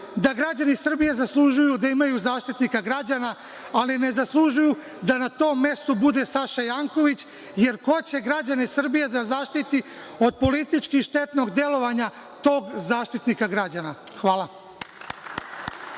da građani Srbije zaslužuju da imaju Zaštitnika građana, ali ne zaslužuju da na tom mestu bude Saša Janković, jer ko će građane Srbije da zaštiti od politički štetnog delovanja tog Zaštitnika građana? **Maja